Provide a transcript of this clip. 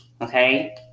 okay